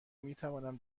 میتوانم